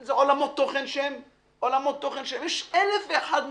זה עולמות תוכן של אלף ואחד מרכיבים,